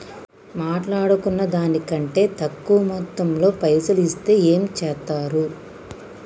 మాట్లాడుకున్న దాని కంటే తక్కువ మొత్తంలో పైసలు ఇస్తే ఏం చేత్తరు?